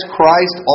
Christ